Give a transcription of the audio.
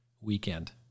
weekend